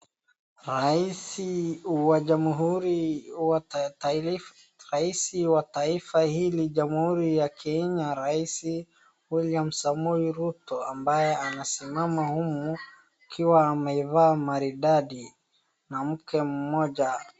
Rais wa jamhuri wa taifa hili la Kenya, rais William Samoei Ruto ambaye anasimama humu akiwa amevaa maridadi na mke mmoja.